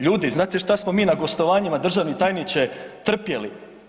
Ljudi, znate šta smo mi na gostovanjima, državni tajniče, trpjeli?